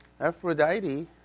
Aphrodite